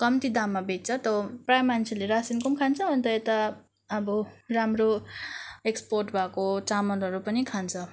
कम्ती दाममा बेच्छ त्यो प्रायः मान्छेले रासिनको पनि खान्छ अन्त यता अब राम्रो एक्सपोर्ट भएको चामलहरू पनि खान्छ